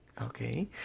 Okay